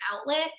outlet